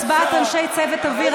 הצבעת אנשי צוות אוויר),